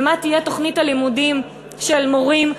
ומה תהיה תוכנית הלימודים של מורים,